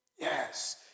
Yes